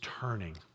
turning